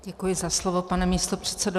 Děkuji za slovo, pane místopředsedo.